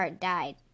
died